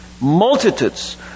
Multitudes